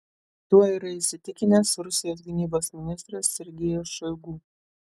tuo yra įsitikinęs rusijos gynybos ministras sergejus šoigu